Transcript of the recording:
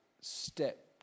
step